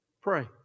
Pray